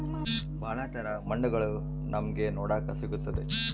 ಭಾಳ ತರ ಮಣ್ಣುಗಳು ನಮ್ಗೆ ನೋಡಕ್ ಸಿಗುತ್ತದೆ